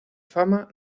fama